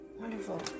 Wonderful